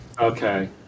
okay